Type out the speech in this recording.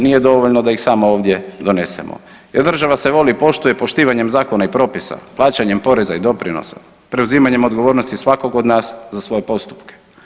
Nije dovoljno da ih samo ovdje donesemo jer država se voli i poštuje poštivanjem zakona i propisa, plaćanjem poreza i doprinosa, preuzimanje odgovornosti svakog od nas za svoje postupke.